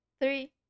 Three